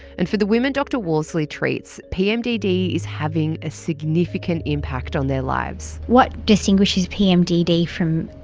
and for the women dr worsley treats, pmdd is having a significant impact on their lives. what distinguishes pmdd from,